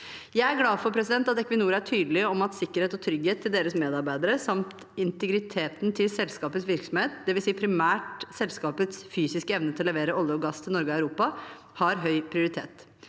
Jeg er glad for at Equinor er tydelig på at sikkerhet og trygghet til medarbeiderne deres, samt integriteten til selskapets virksomhet, dvs. primært selskapets fysiske evne til å levere olje og gass til Norge og Europa, har høy prioritet.